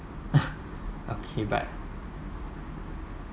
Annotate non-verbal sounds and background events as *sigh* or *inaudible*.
*laughs* okay but